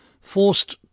forced